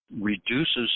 reduces